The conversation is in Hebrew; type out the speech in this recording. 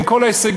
עם כל הישגיה,